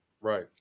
Right